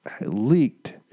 leaked